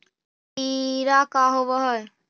टीडा का होव हैं?